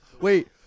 Wait